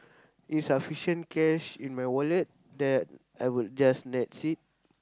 insufficient cash in my wallet then I would just Nets it